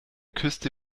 küste